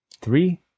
Three